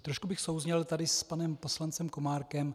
Trošku bych souzněl tady s panem poslancem Komárkem.